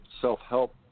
self-help